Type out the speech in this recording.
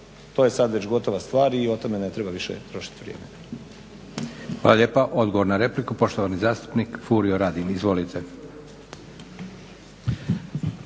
sad je to već gotova stvar i o tome ne treba više trošiti vrijeme. **Leko, Josip (SDP)** Hvala lijepa. Odgovor na repliku, poštovani zastupnik Furio Radin. Izvolite.